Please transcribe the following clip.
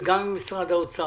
וגם ממשרד האוצר.